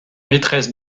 maîtresse